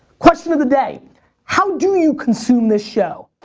question of the day how do you consume this show?